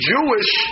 Jewish